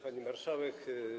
Pani Marszałek!